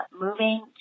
moving